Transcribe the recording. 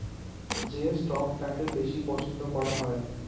যে স্টকটাকে বেশি পছন্দ করা হয়